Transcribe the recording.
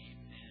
amen